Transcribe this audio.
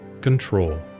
control